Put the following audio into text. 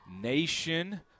Nation